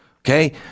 Okay